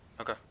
Okay